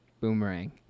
boomerang